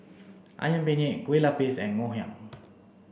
ayam penyet kue lupis and ngoh hiang